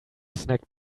snagged